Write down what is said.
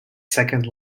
second